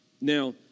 Now